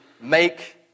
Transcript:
Make